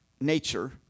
nature